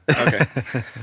Okay